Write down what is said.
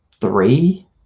three